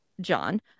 John